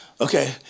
Okay